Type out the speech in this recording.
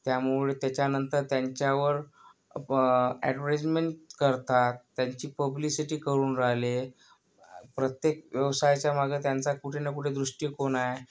त्यामुळे त्याच्यानंतर त्यांच्यावर अॅडवरटाईजमेंट करतात त्यांची पब्लिसिटी करून राहिले प्रत्येक व्यवसायाच्या मागं त्यांंचा कुठे ना कुठे दृृष्टिकोन आहे